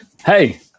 hey